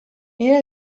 era